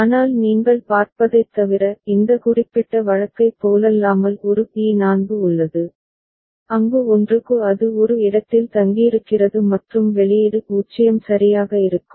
ஆனால் நீங்கள் பார்ப்பதைத் தவிர இந்த குறிப்பிட்ட வழக்கைப் போலல்லாமல் ஒரு T4 உள்ளது அங்கு 1 க்கு அது ஒரு இடத்தில் தங்கியிருக்கிறது மற்றும் வெளியீடு 0 சரியாக இருக்கும்